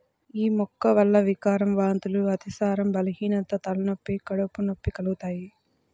యీ మొక్క వల్ల వికారం, వాంతులు, అతిసారం, బలహీనత, తలనొప్పి, కడుపు నొప్పి కలుగుతయ్